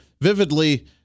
vividly